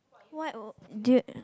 why uh do you